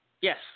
Yes